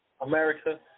America